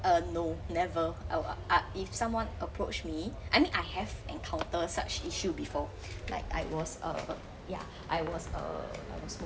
uh no never I ah if someone approach me I mean I have encountered such issue before like I was uh ya I was uh